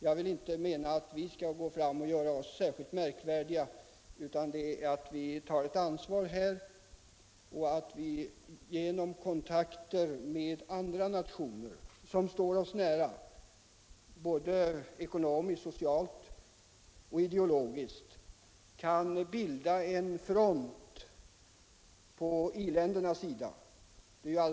Jag menar inte att vi skall göra oss särskilt märkvärdiga, men vi kan ta ett ansvar. Genom kontakter med andra nationer som står oss nära ekonomiskt, socialt och ideologiskt kan vi bilda en front inom i-länderna till u-ländernas favör.